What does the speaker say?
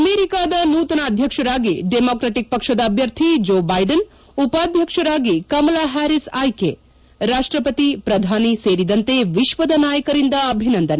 ಅಮೆರಿಕದ ನೂತನ ಅಧ್ಯಕ್ಷರಾಗಿ ಡೆಮಾಕ್ರೆಟಿಕ್ ಪಕ್ಷದ ಅಭ್ಯರ್ಥಿ ಜೋ ಬೈಡನ್ ಉಪಾಧ್ಯಕ್ಷರಾಗಿ ಕಮಲಾ ಪ್ಯಾರೀಸ್ ಆಯ್ಕೆ ರಾಷ್ಟಪತಿ ಪ್ರಧಾನಿ ಸೇರಿದಂತೆ ವಿಶ್ವದ ನಾಯಕರಿಂದ ಅಭಿನಂದನೆ